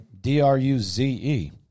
D-R-U-Z-E